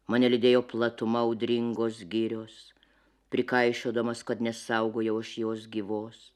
mane lydėjo platuma audringos girios prikaišiodamas kad nesaugojau aš jos gyvos